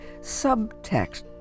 subtext